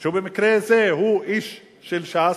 שהוא במקרה הזה איש של ש"ס,